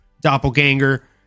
doppelganger